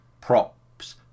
props